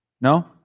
No